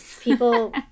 people